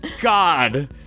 God